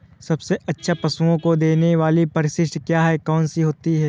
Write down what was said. सबसे अच्छा पशुओं को देने वाली परिशिष्ट क्या है? कौन सी होती है?